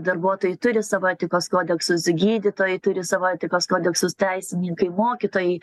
darbuotojai turi savo etikos kodeksus gydytojai turi savo etikos kodeksus teisininkai mokytojai